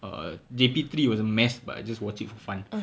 err J_P three was a mess but I just watched it for fun